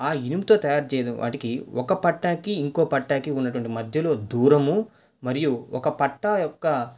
ఆ ఇనుముతో తయారుచేయున వాటికి ఒక పట్టాకి ఇంకో పట్టాకి ఉన్నటువంటి మధ్యలో దూరము మరియు ఒక పట్టా యొక్క